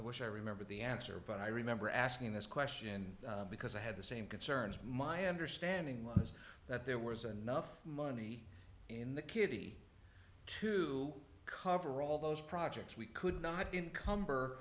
i wish i remember the answer but i remember asking this question because i had the same concerns my understanding was that there was a nuff money in the kitty to cover all busy those projects we could not enc